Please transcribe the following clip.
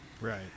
Right